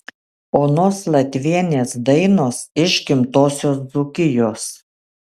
onos latvienės dainos iš gimtosios dzūkijos